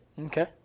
Okay